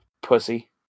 Pussy